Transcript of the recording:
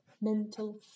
mental